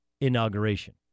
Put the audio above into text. inauguration